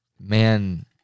man